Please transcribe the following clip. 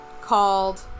called